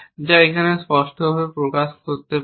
যা এখানে স্পষ্টভাবে প্রকাশ করতে পারেন